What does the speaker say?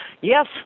yes